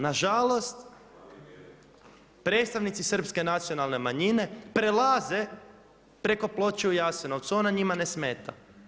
Nažalost, predstavnici Srpske nacionalne manjine prelaze preko ploče u Jasenovcu, ona njima ne smeta.